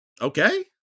okay